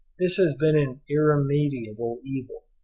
this has been an irremediable evil,